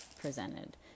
presented